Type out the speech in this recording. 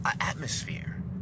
atmosphere